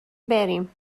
بریم